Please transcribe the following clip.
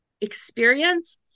experience